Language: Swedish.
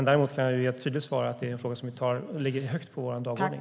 Däremot kan jag ge det tydliga svaret att det är en fråga som står högt på vår dagordning.